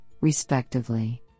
respectively